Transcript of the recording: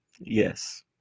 Yes